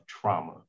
trauma